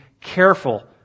careful